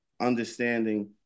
understanding